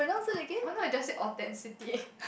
or not you just say authenticity